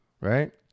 right